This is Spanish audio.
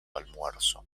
almuerzo